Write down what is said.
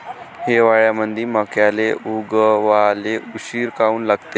हिवाळ्यामंदी मक्याले उगवाले उशीर काऊन लागते?